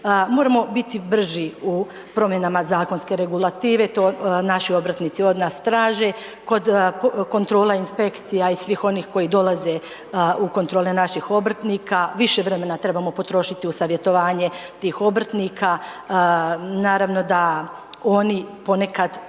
Moramo biti brži u promjenama zakonske regulative. To naši obrtnici od nas traže. Kod kontrola inspekcija i svih onih koji dolaze u kontrole naših obrtnika. Više vremena trebamo potrošiti u savjetovanje tih obrtnika. Naravno da oni ponekad